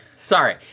Sorry